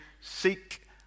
Seek